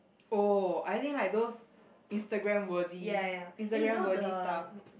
oh I think like those instagram worthy instagram worthy stuff